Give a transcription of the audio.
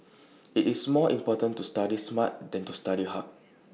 IT is more important to study smart than to study hard